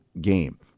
game